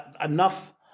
enough